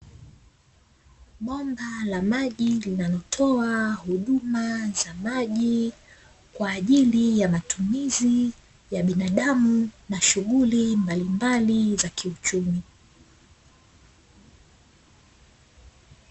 Bomba la maji linalotoa huduma za maji kwa ajili ya matumizi ya binadamu na shughuli mbalimbali za kiuchumi.